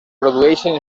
produeixen